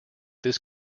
this